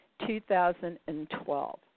2012